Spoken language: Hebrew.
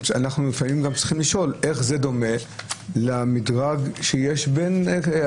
אנחנו לפעמים גם צריכים לשאול איך זה דומה למדרג שיש בנסיעה